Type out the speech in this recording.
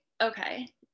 okay